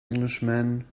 englishman